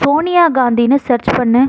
சோனியா காந்தின்னு சேர்ச் பண்ணு